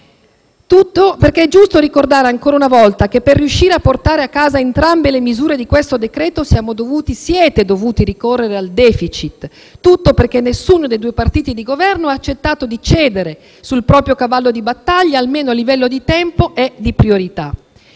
elettorale. È giusto ricordare, ancora una volta, che per riuscire a portare a casa entrambe le misure di questo decreto-legge siete dovuti ricorrere al *deficit*. Tutto perché nessuno dei due partiti di Governo ha accettato di cedere sul proprio cavallo di battaglia, almeno a livello di tempo e di priorità.